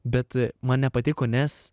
bet man nepatiko nes